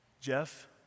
Jeff